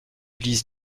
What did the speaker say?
lys